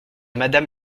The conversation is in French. madame